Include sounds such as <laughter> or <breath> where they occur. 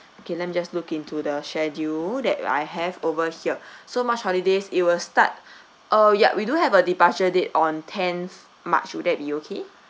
okay let me just look into the schedule that I have over here <breath> so march holidays it will start <breath> uh ya we do have a departure date on tenth march would that be okay